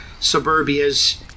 suburbias